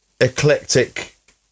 eclectic